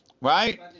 Right